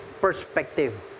perspective